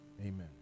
Amen